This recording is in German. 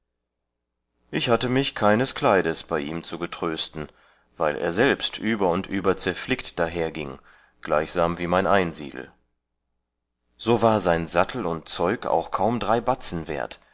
ich hatte mich keines kleides bei ihm zu getrösten weil er selbst über und über zerflickt dahergieng gleichsam wie mein einsiedel so war sein sattel und zeug auch kaum drei